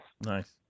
Nice